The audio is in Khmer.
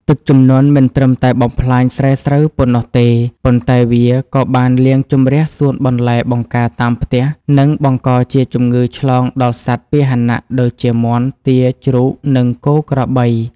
ទឹកជំនន់មិនត្រឹមតែបំផ្លាញស្រែស្រូវប៉ុណ្ណោះទេ ប៉ុន្តែវាក៏បានលាងជម្រះសួនបន្លែបង្ការតាមផ្ទះ និងបង្កជាជំងឺឆ្លងដល់សត្វពាហនៈដូចជាមាន់ ទា ជ្រូក និងគោក្របី។